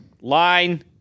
line